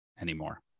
anymore